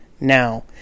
Now